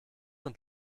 und